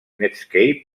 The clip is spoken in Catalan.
netscape